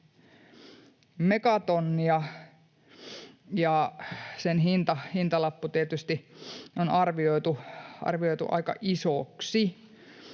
megatonnia, ja sen hintalappu tietysti on arvioitu aika isoksi.